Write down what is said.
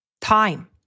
time